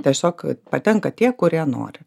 tiesiog patenka tie kurie nori